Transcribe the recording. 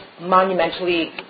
monumentally